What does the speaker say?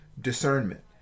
discernment